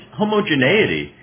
homogeneity